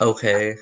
Okay